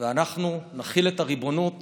ואנחנו נחיל את הריבונות